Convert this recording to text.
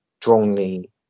strongly